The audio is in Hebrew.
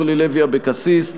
אורלי לוי אבקסיס,